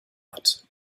hat